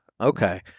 okay